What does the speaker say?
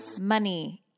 money